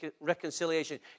reconciliation